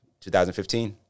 2015